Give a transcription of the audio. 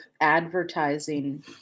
advertising